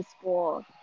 school